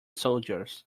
soldiers